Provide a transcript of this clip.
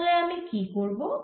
তাহলে আমি কি করব